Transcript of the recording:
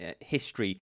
history